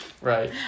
right